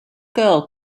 girl